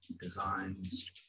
designs